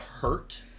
hurt